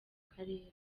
karere